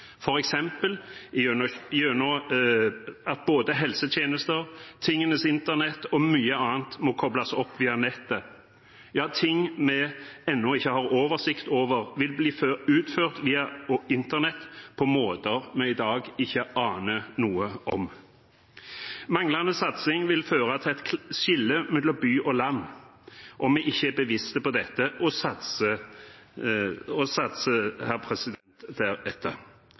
f.eks. gjennom at både helsetjenester, tingenes internett og mye annet må kobles opp via nettet. Ja, ting vi ennå ikke har oversikt over, vil bli utført via internett på måter vi i dag ikke aner noe om. Manglende satsing vil føre til et skille mellom by og land om vi ikke er bevisste på dette og satser